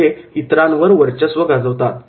ते इतरांवर वर्चस्व गाजवतात